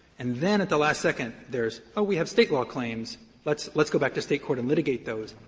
and then at the last second, there is, oh, we have state law claims let's let's go back to state court and litigate those.